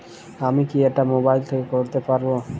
আমি কি এটা মোবাইল থেকে করতে পারবো?